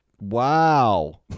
Wow